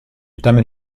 damit